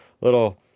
little